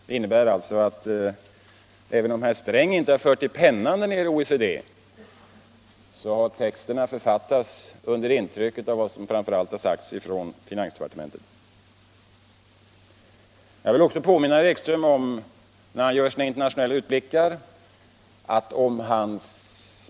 Det innebär alltså, även om herr Sträng inte fört pennan i OECD, att texterna har författats under intryck av vad som sagts framför allt från finansdepartementet. När herr Ekström gör sina internationella utblickar vill jag påminna honom om perioden 1971-1973.